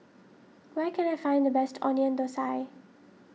where can I find the best Onion Thosai